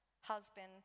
husband